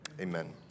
Amen